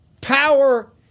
Power